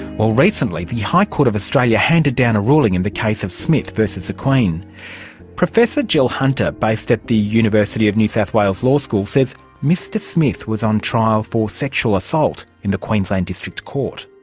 well, recently the high court of australia handed down a ruling in the case of smith versus the queen. professor jill hunter based at the university of new south wales law school says mr smith was on trial for sexual assault in the queensland district court.